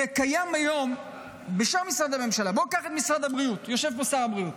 בוא תיקח את משרד הבריאות, יושב פה שר הבריאות: